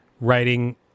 writing